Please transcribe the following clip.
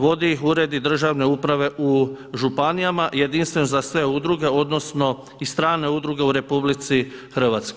Vode ih uredi državne uprave u županijama, jedinstven za sve udruge, odnosno i strane udruge u RH.